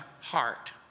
heart